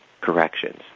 corrections